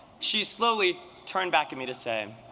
she slowly turned back at me to say,